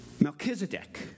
Melchizedek